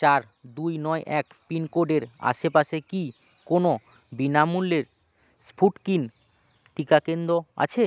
চার দুই নয় এক পিন কোডের আশেপাশে কি কোনো বিনামূল্যের স্ফুটকিন টিকা কেন্দ্র আছে